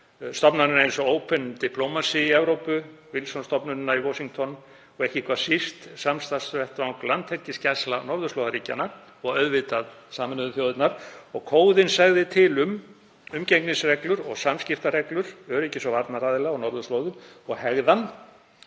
stofnanir eins og Open Diplomacy í Evrópu, Wilson-stofnunina í Washington, og, ekki hvað síst, samstarfsvettvang landhelgisgæsla norðurslóðaríkjanna og auðvitað Sameinuðu þjóðirnar. Kóðinn segði til um umgengnisreglur og samskiptareglur öryggis- og varnaraðila á norðurslóðum og hegðan